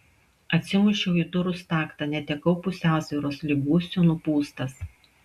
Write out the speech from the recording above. atsimušiau į durų staktą netekau pusiausvyros lyg gūsio nupūstas